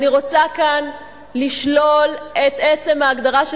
אני רוצה כאן לשלול את עצם ההגדרה של